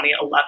2011